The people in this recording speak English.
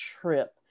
trip